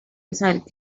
decided